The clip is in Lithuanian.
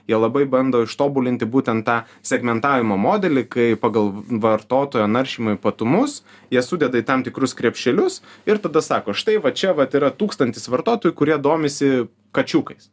jie labai bando ištobulinti būtent tą segmentavimo modelį kai pagal vartotojo naršymo ypatumus jie sudeda į tam tikrus krepšelius ir tada sako štai va čia vat yra tūkstantis vartotojų kurie domisi kačiukais